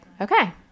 okay